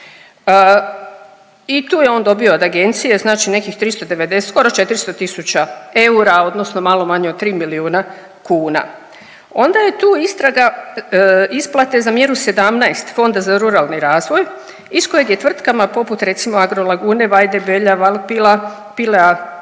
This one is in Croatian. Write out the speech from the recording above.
i tu je on dobio od agencije 390, skoro 400 tisuća eura odnosno nešto manje od 3 milijuna kuna. Onda je tu istraga isplate za mjeru 17 Fonda za ruralni razvoj iz kojeg je tvrtkama poput recimo Agrolagune, Vajde, Belja, Valipilea,